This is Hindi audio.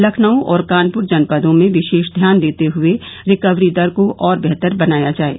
लखनऊ और कानपुर जनपदों में विशेष ध्यान देते हुए रिकवरी दर को और बेहतर बनाया जाये